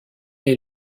est